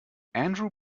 andrew